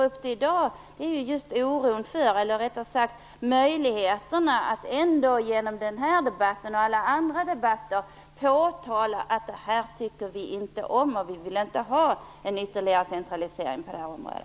Anledningen till att vi tar upp frågan i dag hänger samman med möjligheterna att genom den här debatten, och alla andra debatter, påtala att detta är något som vi inte tycker om. Vi vill inte ha ytterligare centralisering på detta område.